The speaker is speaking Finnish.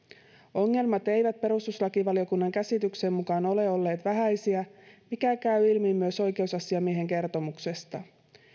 ongelmat eivät perustuslakivaliokunnan käsityksen mukaan ole olleet vähäisiä mikä käy ilmi myös oikeusasiamiehen kertomuksesta